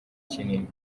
kinini